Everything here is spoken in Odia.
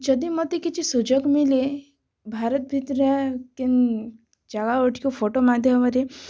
ଯଦି ମୋତେ କିଛି ସୁଯୋଗ ମିଳେ ଭାରତ ଭିତରେ କେନ୍ ଜାଗା ଗୁଡ଼ିକ ଫଟୋ ମାଧ୍ୟମରେ